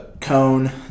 Cone